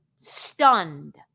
stunned